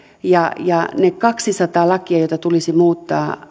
ja ja niitä kaksisataa lakia joita tulisi muuttaa